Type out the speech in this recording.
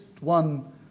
one